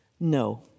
No